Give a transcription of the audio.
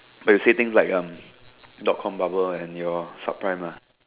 but say things like um dot com bubble and your sub prime lah